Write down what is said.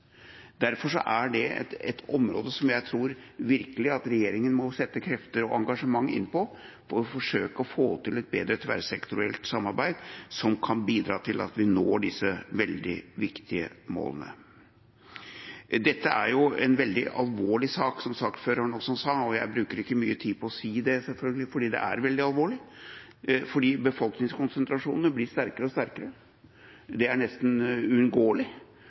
Derfor er det et område som jeg tror regjeringa virkelig må sette krefter og engasjement inn på, for å forsøke å få til et bedre tverrsektorielt samarbeid som kan bidra til at vi når disse veldig viktige målene. Dette er en veldig alvorlig sak, som saksordføreren også sa, og jeg bruker ikke mye tid på å si det, selvfølgelig, fordi det er veldig alvorlig. Befolkningskonsentrasjonene blir sterkere og sterkere – det er nesten